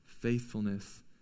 faithfulness